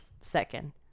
second